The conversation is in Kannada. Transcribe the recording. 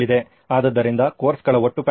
ಆದ್ದರಿಂದ ಕೋರ್ಸ್ಗಳ ಒಟ್ಟು ಪ್ಯಾಕೇಜ್